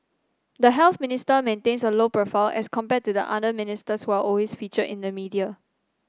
the Health Minister maintains a low profile as compared to the other ministers who are always featured in the media